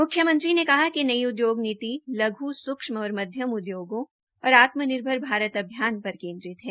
मुख्यमंत्री ने कहा कि नई उद्योग नीति लघु सूक्षम और मध्यम उद्योगों तथा आत्मनिर्भर भारत अभियान पर केन्द्रित है